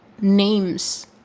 names